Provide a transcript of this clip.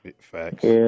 Facts